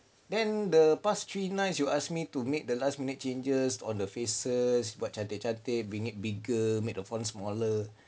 then the past three nights you asked me to make the last minute changes on the faces buat cantik-cantik bring it bigger make the font smaller